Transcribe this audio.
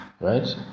right